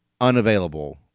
unavailable